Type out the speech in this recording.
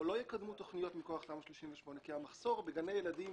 או לא יקדמו תכניות מכוח תמ"א 38. המחסור בגני ילדים